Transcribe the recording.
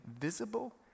visible